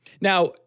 Now